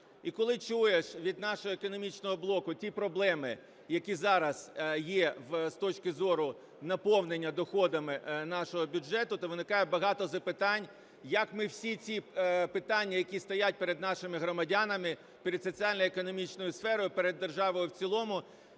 І, коли чуєш від нашого економічного блоку ті проблеми, які зараз є з точки зору наповнення доходами нашого бюджету, то виникає багато запитань як ми всі ці питання, які стоять перед нашими громадянами, перед соціально-економічною сферою, перед державою в цілому,